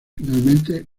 finalmente